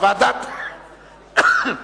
ואין נמנעים.